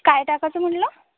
काय टाकायचं म्हणलं